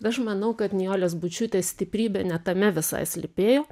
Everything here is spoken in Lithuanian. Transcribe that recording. aš manau kad nijolės bučiūtės stiprybė ne tame visai slypėjo